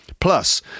Plus